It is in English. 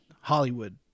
Hollywood